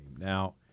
Now